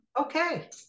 Okay